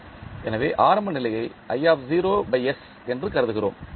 எனவே ஆரம்ப நிலையை என்று கருதுகிறோம்